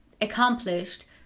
accomplished